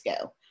go